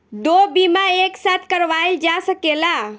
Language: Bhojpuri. दो बीमा एक साथ करवाईल जा सकेला?